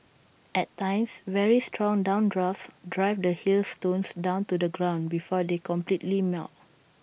at times very strong downdrafts drive the hailstones down to the ground before they completely melt